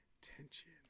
tension